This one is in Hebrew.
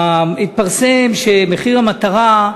התפרסם שמחיר מטרה,